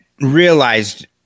realized